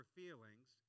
feelings